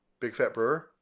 BigFatBrewer